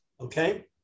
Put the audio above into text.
Okay